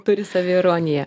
turi saviironiją